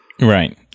right